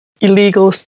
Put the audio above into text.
illegal